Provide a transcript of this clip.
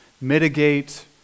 mitigate